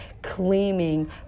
claiming